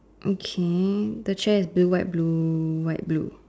okay the chair is blue white blue white blue